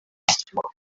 isuku